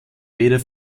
weder